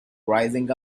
rising